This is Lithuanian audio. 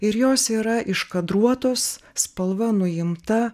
ir jos yra iš kadruotos spalva nuimta